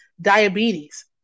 diabetes